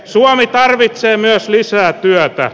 suomi tarvitsee myös lisää työtä